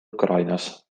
ukrainas